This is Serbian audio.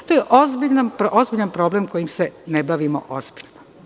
To je ozbiljan problem kojim se ne bavimo ozbiljno.